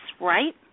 right